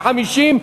50,